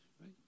right